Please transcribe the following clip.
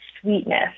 sweetness